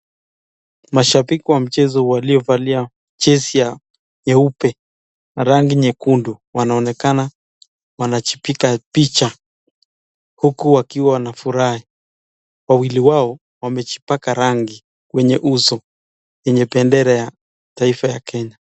Mashabiki wa mchezo waliovalia jersey ya nyeupe na rangi nyekundu wanaonekana wanajipiga picha, huku wakiwa wanafurahi. Wawili wao wamejipaka rangi kwenye uso yenye bendera ya taifa la Kenya.